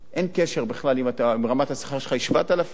אין קשר בכלל אם רמת השכר שלך היא 7,000,